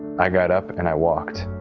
i got up and i walked.